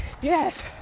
Yes